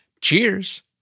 Cheers